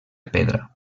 pedra